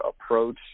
approach